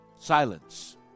Silence